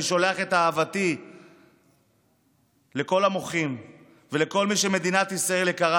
אני שולח את אהבתי לכל המוחים ולכל מי שמדינת ישראל יקרה